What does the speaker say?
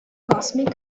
cosmic